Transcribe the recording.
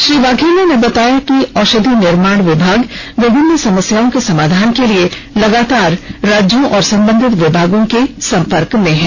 श्री वाघेला ने बताया कि औषध निर्माण विभाग विभिन्न समस्याओं के समाधान के लिए लगातार राज्यों और संबंधित विभागों के संपर्क में है